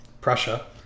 Prussia